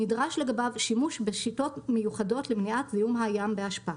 נדרש לגביו שימוש בשיטות מיוחדות למניעת זיהום הים באשפה,